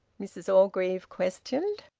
mrs orgreave questioned.